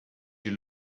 you